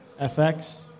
FX